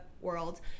world